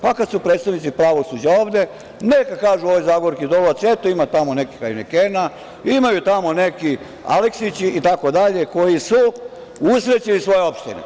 Pa, kada su predstavnici pravosuđa ovde, neka kažu ovoj Zagorki Dolovac – eto, ima tamo neki „Hajnekena“, imaju tamo neki Aleksići itd. koji su usrećili svoje opštine.